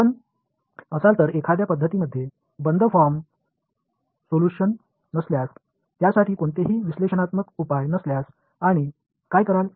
आपण असाल तर एखाद्या पद्धतीमध्ये बंद फॉर्म सोल्यूशन नसल्यास त्यासाठी कोणतेही विश्लेषणात्मक उपाय नसल्यास आपण काय कराल